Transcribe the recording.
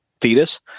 fetus